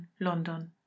london